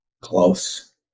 Close